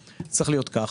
זה צריך להיות כך.